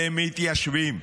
אלה מתיישבים.